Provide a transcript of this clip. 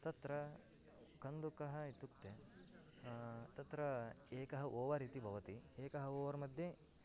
तत्र कन्दुकः इत्युक्ते तत्र एकः ओवर् इति भवति एकः ओवर् मध्ये